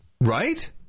Right